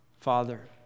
Father